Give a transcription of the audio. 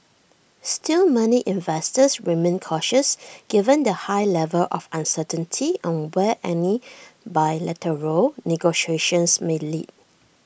still many investors remained cautious given the high level of uncertainty on where any bilateral negotiations may lead